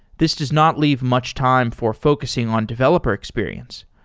this does not leave much time for focusing on developer experience.